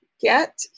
get